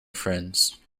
friends